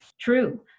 true